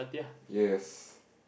yes